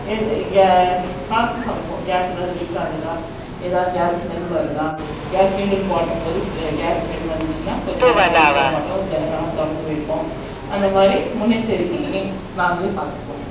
எது கே பார்த்து சமைப்போம் கேஸ் ஏதாவது லீக் ஆகுதா ஏதாவது கேஸ் ஸ்மெல் வருதா கேஸ் சிலிண்டரு ஆட்டும்போது கேஸ் ஸ்மெல் வந்துச்சுனா கொஞ்சம் நேரம் லைட் போட மாட்டோம் ஜன்னலை எல்லாம் திறந்து வைப்போம் அந்த மாதிரி முன்னெச்சரிக்கை எங் நாங்களே பார்த்துக்குவோம்